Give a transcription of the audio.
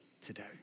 today